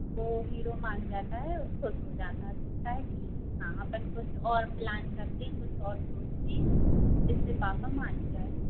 तो वह हीरो मान जाता है और ख़ुश हो जाता है बोलता है ठीक है हाँ अपन कुछ और प्लान करते हैं कुछ और सोचते हैं जिससे पापा मान जाएँ